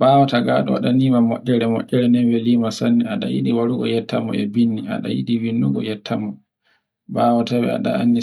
bawo tagu waɗanima moeere-moeere ne welima sanne a dan yiɗi yettamo e bindi bawo to wadanamo